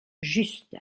juste